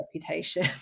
reputation